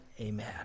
Amen